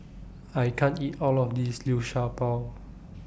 I can't eat All of This Liu Sha Bao